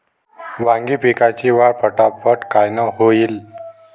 वांगी पिकाची वाढ फटाफट कायनं होईल?